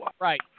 Right